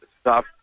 stop